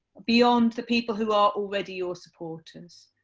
beyond the people who are already your supporters.